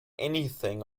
anything